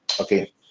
Okay